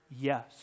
Yes